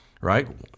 right